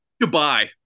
Goodbye